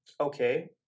okay